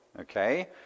okay